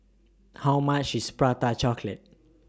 How much IS Prata Chocolate